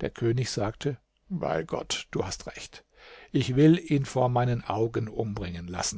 der könig sagte bei gott du hast recht ich will ihn vor meinen augen umbringen lassen